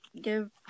give